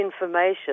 information